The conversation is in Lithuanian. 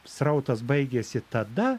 srautas baigėsi tada